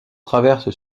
traverse